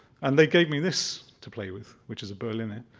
and they gave me this to play with which is a berliner.